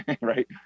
right